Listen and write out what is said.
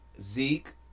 Zeke